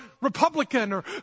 Republican—or